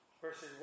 verses